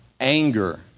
anger